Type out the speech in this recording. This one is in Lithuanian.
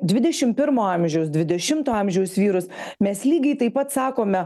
dvidešim pirmo amžiaus dvidešimto amžiaus vyrus mes lygiai taip pat sakome